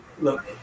look